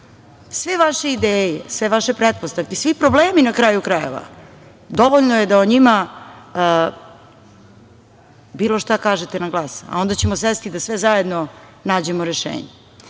Sve vaše ideje, sve vaše pretpostavke, svi problemi na kraju krajeva, dovoljno je da o njima bilo šta kažete samo na glas, a onda ćemo sesti da svi zajedno nađemo rešenje. Tako